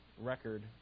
record